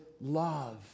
love